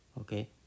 okay